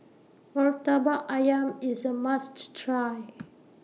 Murtabak Ayam IS A must Try